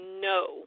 no